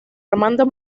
armando